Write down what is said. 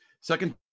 Second